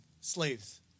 slaves